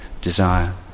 desire